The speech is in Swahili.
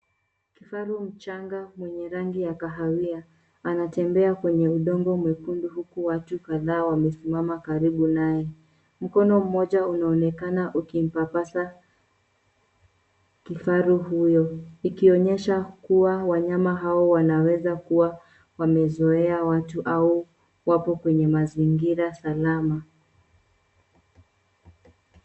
Kifaru mchanga mwenye rangi ya kahawia. Anatembea kwenye udongo mwekundu huku watu kadhaa wamesimama karibu naye. Mkono mmoja unaonekana ukimpapasa kifaru huyo, ikionyesha kuwa wanyama hawa wanaweza kuwa wamezoea watu au wako kwenye mazingira salama.